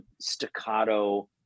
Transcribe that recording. staccato